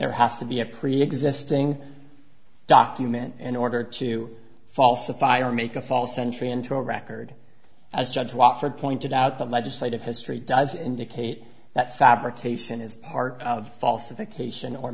there has to be a preexisting document in order to falsify or make a false entry into a record as judge walker pointed out the legislative history does indicate that fabrication is part of false a vacation or